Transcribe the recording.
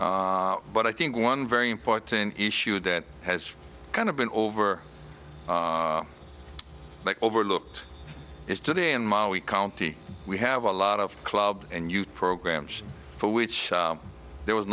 but i think one very important issue that has kind of been over but overlooked is today in ma we county we have a lot of club and youth programs for which there was